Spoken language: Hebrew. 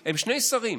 שמכריזים הם שני שרים: